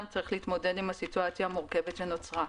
צריך להתמודד עם הסיטואציה המורכבת שנוצרה.